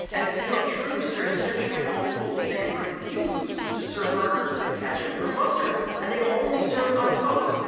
and, you know, true to their century-old rules, they refuse to serve burgers with ketchup or mustard and they only serve it on toast.